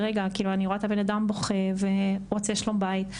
אני רואה את הבן אדם בוכה, רוצה שלום בית.